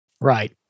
Right